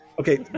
Okay